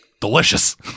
Delicious